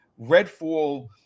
Redfall